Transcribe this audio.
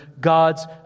God's